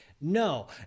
No